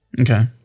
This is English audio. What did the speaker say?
okay